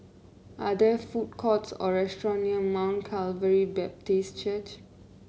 are there food courts or restaurants near Mount Calvary Baptist Church